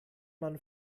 man